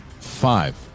Five